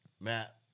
Matt